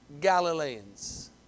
Galileans